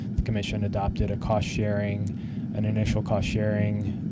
the commission adopted a cost sharing an initial cost sharing